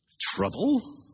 trouble